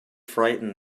frightened